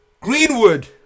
Greenwood